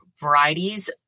varieties